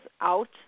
out